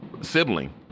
sibling